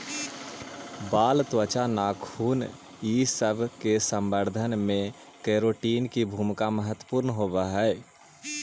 बाल, त्वचा, नाखून इ सब के संवर्धन में केराटिन के भूमिका महत्त्वपूर्ण होवऽ हई